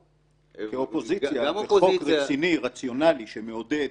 כאופוזיציה, כחוק רציני, רציונלי שמעודד